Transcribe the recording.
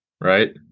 Right